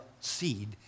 seed